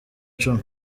cumi